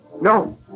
No